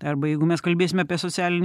arba jeigu mes kalbėsim apie socialinį